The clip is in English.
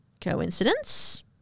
Coincidence